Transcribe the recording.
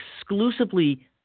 exclusively